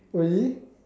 really